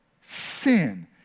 Sin